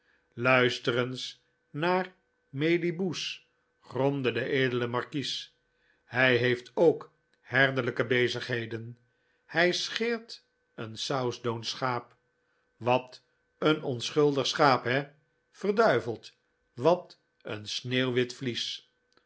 eens naar melibceus gromde de edele markies hij heeft ook herderlijke bezigheden hij scheert een southdown schaap wat een onschuldig schaap he verduiveld wat een sneeuwwit vlies